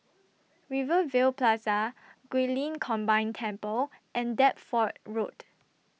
Rivervale Plaza Guilin Combined Temple and Deptford Road